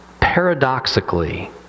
paradoxically